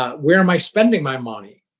ah where am i spending my money?